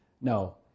No